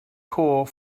core